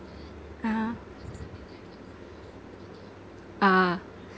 (uh huh) ah